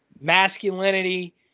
masculinity